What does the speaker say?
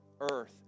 earth